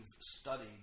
studied